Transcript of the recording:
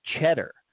Cheddar